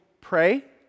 pray